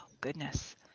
goodness